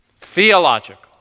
Theological